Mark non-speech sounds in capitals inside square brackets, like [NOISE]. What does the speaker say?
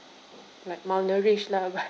like malnourished lah but [LAUGHS]